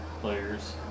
players